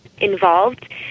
involved